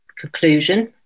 conclusion